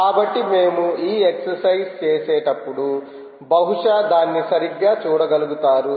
కాబట్టి మేము ఈ ఎక్సర్సైజ్ చేసేటప్పుడు బహుశా దాన్ని సరిగ్గా చూడగలుగుతారు